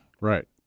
Right